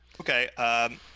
Okay